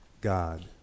God